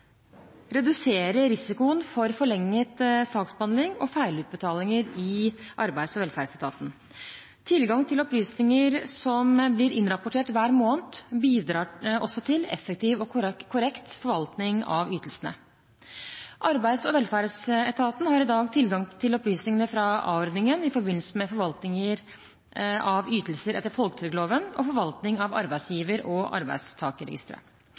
risikoen for forlenget saksbehandling og feilutbetalinger i Arbeids- og velferdsetaten. Tilgang til opplysninger som blir innrapportert hver måned, bidrar også til effektiv og korrekt forvaltning av ytelsene. Arbeids- og velferdsetaten har i dag tilgang til opplysningene fra a-ordningen i forbindelse med forvaltning av ytelser etter folketrygdloven og forvaltning av arbeidsgiver- og arbeidstakerregisteret.